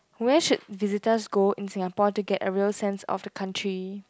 where should visitors go in Singapore to get a real sense of the country